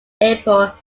airport